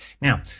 Now